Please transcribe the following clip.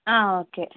ആ ഓക്കെ